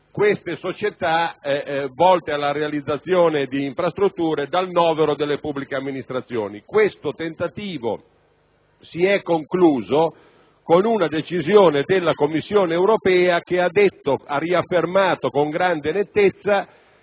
le società volte alla realizzazione di infrastrutture dal novero delle pubbliche amministrazioni. Questo tentativo si è concluso con una decisione della Commissione europea che ha riaffermato, con grande nettezza,